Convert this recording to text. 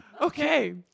Okay